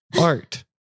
art